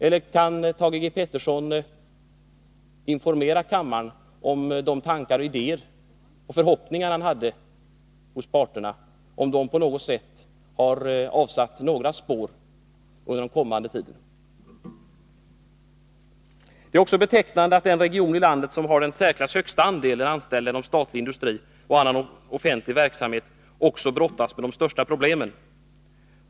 Eller kan Thage G. Peterson informera kammaren om de tankar och idéer han hade och om hans förhoppningar på parterna har avsatt några spår? Det är betecknande att den region i landet som i dag har den i särklass högsta andelen anställda inom statlig industri och annan offentlig verksamhet också brottas med de största problemen.